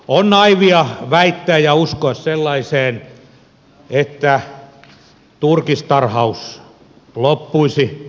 on naiivia väittää ja uskoa sellaiseen että turkistarhaus loppuisi